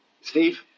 Steve